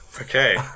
Okay